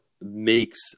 makes